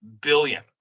billion